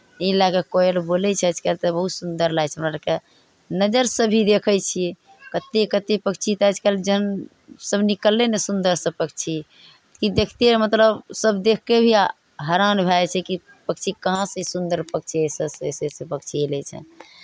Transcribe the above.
ई लए कऽ कोयल बोलै छै आजकल तऽ बहुत सुन्दर लागै छै हमरा आरकेँ नजरसँ भी देखै छियै कतेक कतेक पक्षी तऽ आजकल जन्म सभ निकललै ने सुन्दर सभ पक्षी कि देखिते मतलब सभ देखि कऽ भी हैरान भऽ जाइ छै कि पक्षी कहाँसँ सुन्दर पक्षी अइसे अइसे अइसे अइसे पक्षी से अयलै से